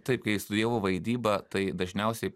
taip kai studijavau vaidybą tai dažniausiai